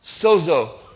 sozo